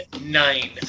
Nine